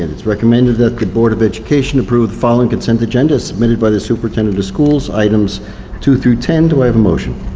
and it's recommended that the board of education approve the following consent agenda as submitted by the superintendent of schools, items two through ten, do i have a motion?